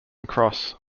cross